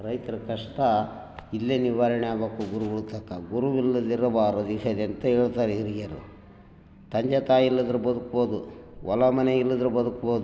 ರೈತರ ಕಷ್ಟ ಇಲ್ಲೇ ನಿವಾರಣೆ ಆಗಬೇಕು ಗುರುಗಳ ತಕ್ಕ ಗುರುವಿಲ್ಲದಿರಬಾರದೆಂಥ ಹೇಳ್ತಾರ್ ಈ ಹಿರಿಯರು ತಂದೆ ತಾಯಿ ಇಲ್ಲದಿದ್ರೆ ಬದುಕ್ಬೋದು ಹೊಲ ಮನೆ ಇಲ್ಲಾದ್ರು ಬದುಕ್ಬೋದು